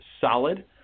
solid